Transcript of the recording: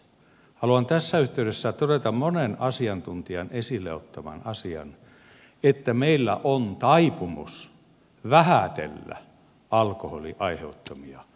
haluan tässä yhteydessä todeta monen asiantuntijan esille ottaman asian että meillä on taipumus vähätellä alkoholin aiheuttamia haittavaikutuksia